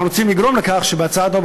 אנחנו רוצים לגרום לכך שבהצעה הבאה,